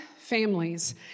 families